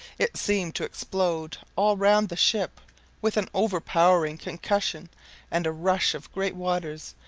it seemed to explode all round the ship with an overpowering concussion and a rush of great waters,